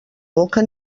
boca